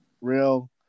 real